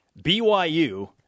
BYU